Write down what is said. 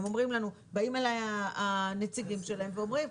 באים הנציגים ואומרים,